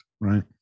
right